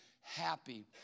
happy